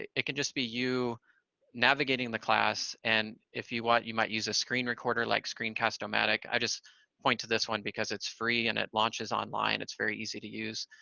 it it can just be you navigating the class, and if you want you might use a screen recorder like screencast-o-matic. i just point to this one because it's free, and it launches online. it's very easy to use,